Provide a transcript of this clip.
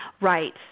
Right